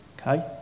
Okay